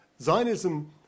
Zionism